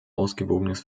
ausgewogenes